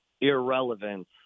irrelevance